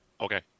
okay